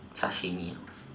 sashimi